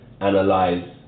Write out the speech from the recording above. analyze